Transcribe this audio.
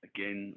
Again